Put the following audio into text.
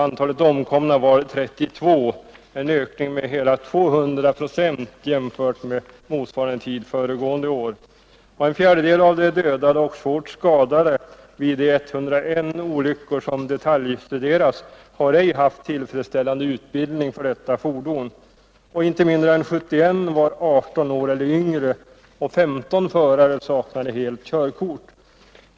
Antalet omkomna var 32, en ökning med hela 200 procent jämfört med motsvarande tid föregående år. En fjärdedel av de dödade och svårt skadade vid de 101 olyckor som detaljstuderats hade inte tillfredsställande utbildning för fordonet. Inte mindre än 21 förare var 18 år eller yngre, och 15 förare saknade helt körkort.